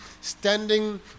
Standing